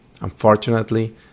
Unfortunately